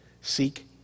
Seek